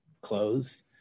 closed